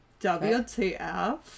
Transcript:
WTF